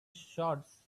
shots